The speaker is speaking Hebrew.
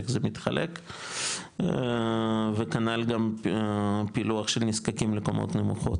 איך זה מתחלק וכנ"ל גם פילוח של נזקקים לקומות נמוכות,